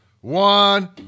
one